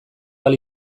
ahal